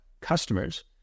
customers